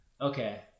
Okay